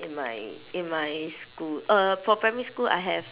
in my in my school uh for primary school I have